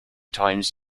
times